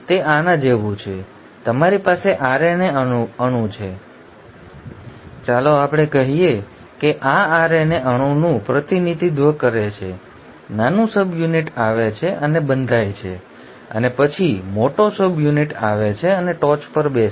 તેથી તે આના જેવું છે તમારી પાસે RNA અણુ છે ચાલો આપણે કહીએ કે આ RNA અણુનું પ્રતિનિધિત્વ કરે છે નાનું સબયુનિટ આવે છે અને બંધાય છે અને પછી મોટો સબયુનિટ આવે છે અને ટોચ પર બેસે છે